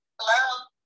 Hello